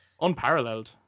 unparalleled